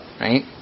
right